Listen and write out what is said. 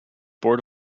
board